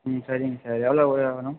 ம் சரிங்க சார் எவ்வளோ உயரம் வேணும்